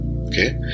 Okay